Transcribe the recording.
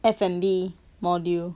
F&B module